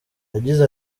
yagize